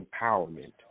empowerment